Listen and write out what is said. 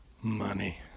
Money